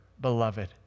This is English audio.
beloved